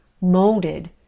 molded